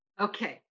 Okay